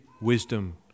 wisdom